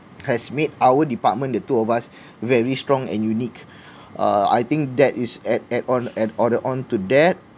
has made our department the two of us very strong and unique uh I think that is add add on all the on to that